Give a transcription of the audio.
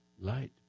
light